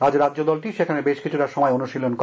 আজ রাজ্যদলটি সেখানে বেশ কিছুটা সময় অনুশীলন করে